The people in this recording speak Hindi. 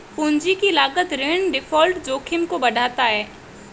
पूंजी की लागत ऋण डिफ़ॉल्ट जोखिम को बढ़ाता है